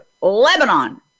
Lebanon